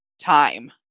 time